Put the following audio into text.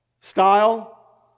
style